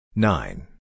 Nine